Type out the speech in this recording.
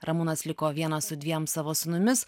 ramūnas liko vienas su dviem savo sūnumis